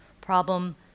problem